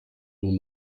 nun